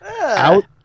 out